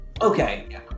Okay